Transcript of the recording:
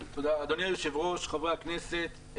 אדוני היושב-ראש, חברי הכנסת,